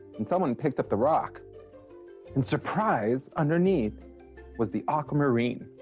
and someone picked up the rock and surprise underneath was the aquamarine.